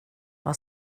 vad